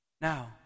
Now